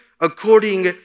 according